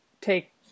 take